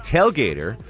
Tailgater